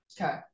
Okay